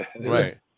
Right